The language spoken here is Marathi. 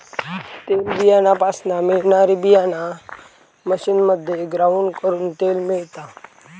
तेलबीयापासना मिळणारी बीयाणा मशीनमध्ये ग्राउंड करून तेल मिळता